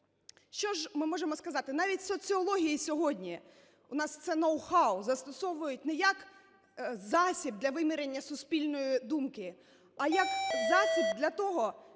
Що ж ми можемо сказати? Навіть соціології сьогодні, у нас це ноу-хау, застосовують не як засіб для виміряння суспільної думки, а як засіб для того,